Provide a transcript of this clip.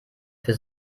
für